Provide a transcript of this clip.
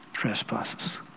trespasses